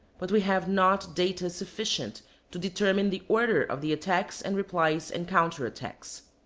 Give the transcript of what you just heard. but we have not data sufficient to determine the order of the attacks, and replies, and counter-attacks.